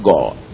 God